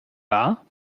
bar